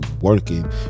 working